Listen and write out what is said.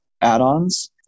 add-ons